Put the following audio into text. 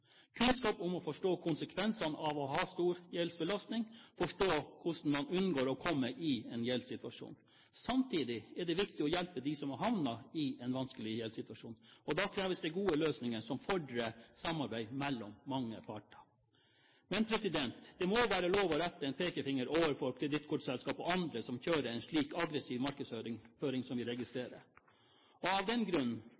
kunnskap om å forstå konsekvensen av å ha en stor gjeldsbelastning, forstå hvordan man unngår å komme i en gjeldssituasjon. Samtidig er det viktig å hjelpe dem som er havnet i en vanskelig gjeldssituasjon. Da kreves det gode løsninger som fordrer samarbeid mellom mange parter. Men det må være lov å rette en pekefinger mot kortselskapene og andre som kjører en slik aggressiv markedsføring som vi